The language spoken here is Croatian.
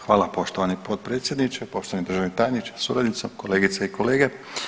Hvala vam poštovani potpredsjedniče, poštovani državni tajniče sa suradnicom, kolegice i kolege.